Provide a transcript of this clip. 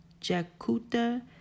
Jakuta